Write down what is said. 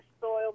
soil